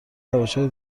روشهای